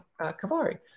Kavari